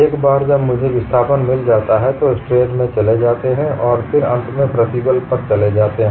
एक बार जब मुझे विस्थापन मिल जाता है तो स्ट्रेन में चले जाते हैं और फिर अंत में प्रतिबल पर चले जाते हैं